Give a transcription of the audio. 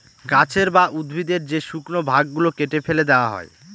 গাছের বা উদ্ভিদের যে শুকনো ভাগ গুলো কেটে ফেলে দেওয়া হয়